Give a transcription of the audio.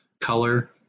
color